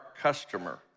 customer